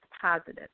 positive